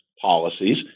policies